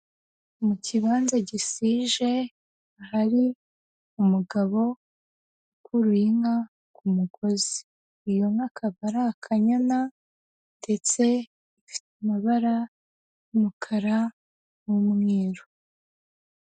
Mu kibanza gisije hari umugabo ukuruye inka ku mugozi. Iyo nka akaba ari akanyana ndetse ifite amabara y'umukara n'umweru.